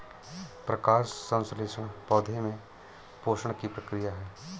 प्रकाश संश्लेषण पौधे में पोषण की प्रक्रिया है